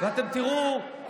אבל זה היה,